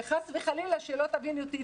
וחס וחלילה שלא תבין אותי